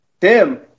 tim